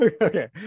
okay